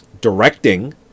Directing